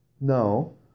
no